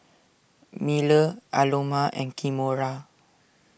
Miller Aloma and Kimora